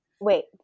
Wait